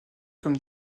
comme